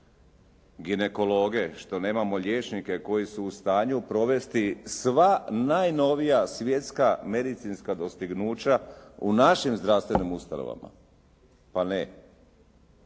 ginekologe? Što nemamo liječnike koji su u stanju provesti sva najnovija svjetska medicinska dostignuća u našim zdravstvenim ustanovama? Pa ne,